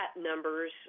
numbers